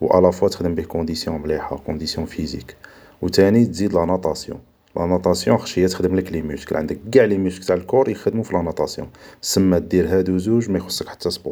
و الافوا تخدم بيه كونديسيون مليحة كونديسيون فيزيك و تاني تزيد لا ناطاسيون لاناطاسيون هي اللي تخدملك لي موسكل, عندك قاع لي موسكل تاع الكور يخدمو في لاناطاسيون, سما دير هادو زوج ما يخصك حتى سبور